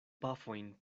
pafojn